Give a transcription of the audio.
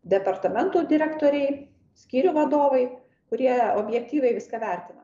departamentų direktoriai skyrių vadovai kurie objektyviai viską vertina